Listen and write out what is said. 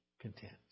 content